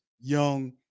young